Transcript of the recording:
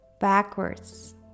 backwards